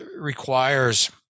requires